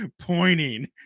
pointing